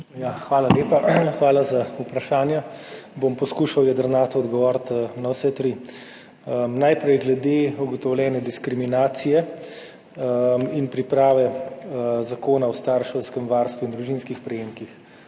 Hvala lepa. Hvala za vprašanja. Bom poskušal jedrnato odgovoriti na vse tri. Najprej glede ugotovljene diskriminacije in priprave Zakona o starševskem varstvu in družinskih prejemkih.